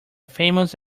famous